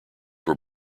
were